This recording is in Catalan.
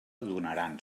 donaren